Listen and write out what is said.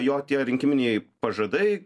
jo tie rinkiminiai pažadai